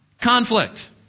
conflict